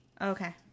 Okay